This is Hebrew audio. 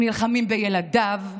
הם נלחמים בילדיו,